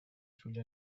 sugli